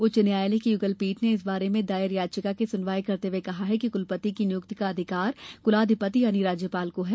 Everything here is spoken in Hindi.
उच्च न्यायालय की युगल पीठ ने इस बारे में दायर याचिका की सुनवाई करते हुये कहा कि कुलपति की नियुक्ति का अधिकार कुलाधिपति यानी राज्यपाल को है